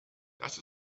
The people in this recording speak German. das